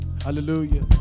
Hallelujah